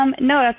No